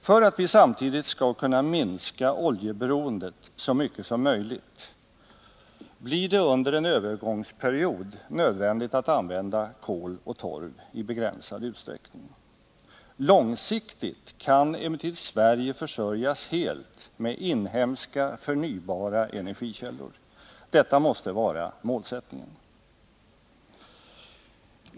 För att vi samtidigt skall kunna minska oljeberoendet så mycket som möjligt blir det under en övergångsperiod nödvändigt att använda kol och torv i begränsad utsträckning. Långsiktigt kan emellertid Sverige försörjas helt med inhemska förnybara energikällor. Detta måste vara målsättningen.